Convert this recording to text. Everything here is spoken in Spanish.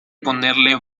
ponerle